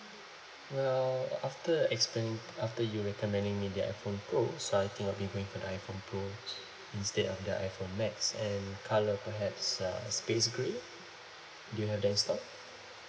well after explaini~ after you recommending me the iphone pro so I think I'll be going for the iphone pro instead of the iphone max and colour perhaps uh space grey do you have that in stock